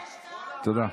תודה.